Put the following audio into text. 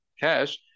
cash